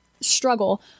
struggle